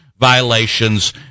violations